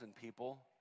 people